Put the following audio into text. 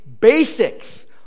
basics